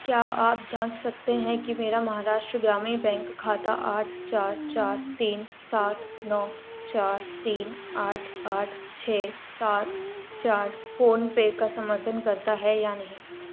क्या आप जाँच सकते हैं कि मेरा महाराष्ट्र ग्रामीण बैंक खाता आठ चार चार तीन सात नौ चार तीन आठ आठ छः सात चार फ़ोनपे का समर्थन करता है या नहीं